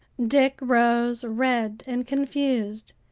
dick rose, red and confused.